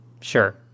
sure